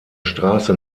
straße